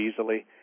easily